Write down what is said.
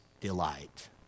delight